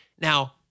Now